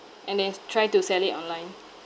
and then try to sell it online